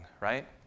right